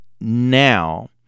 now